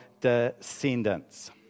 descendants